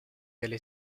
delle